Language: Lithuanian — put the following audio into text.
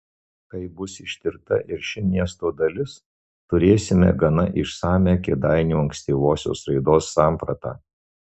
kai bus ištirta ir ši miesto dalis turėsime gana išsamią kėdainių ankstyvosios raidos sampratą